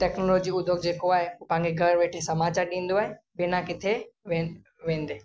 technology उद्योग जेको आहे पंहिंजे घर वेठे समाचार ॾींदो आहे बिना किथे वेन वेंदे